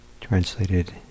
translated